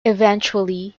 eventually